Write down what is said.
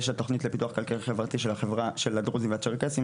יש התוכנית לפיתוח כלכלי-חברתי של הדרוזים והצ'רקסים,